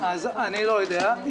אז אני לא יודע.